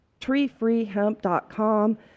treefreehemp.com